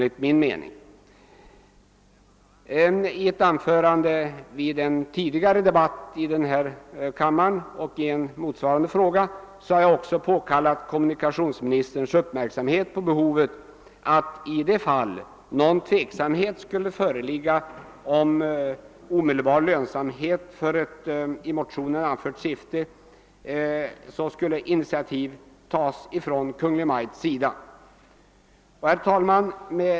I ett anförande under en tidigare kammardebatt i en motsvarande fråga har jag också påkallat kommunikationsministerns uppmärksamhet när det gäller behovet av att i de fall där tveksamhet kan föreligga om omedelbar lönsamhet för ett i motionen anfört syfte initiativ skall tas av Kungl. Maj:t; Herr talman!